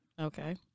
Okay